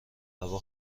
هوا